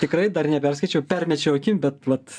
tikrai dar neperskaičiau permečiau akim bet vat